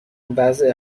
وضع